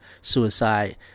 suicide